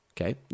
Okay